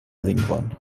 lingvon